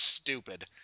stupid